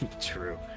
True